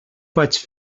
vaig